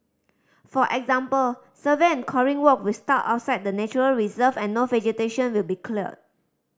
for example survey and coring work will start outside the nature reserve and no vegetation will be cleared